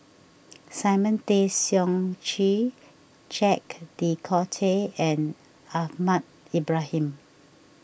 Simon Tay Seong Chee Jacques De Coutre and Ahmad Ibrahim